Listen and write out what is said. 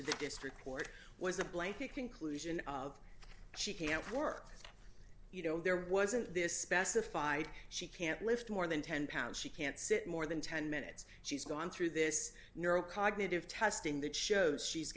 to the district court was a blanket conclusion of she can't work you know there wasn't this best the fight she can't lift more than ten pounds she can't sit more than ten minutes she's gone through this neurocognitive testing that shows she's